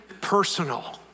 personal